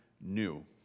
new